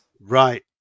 right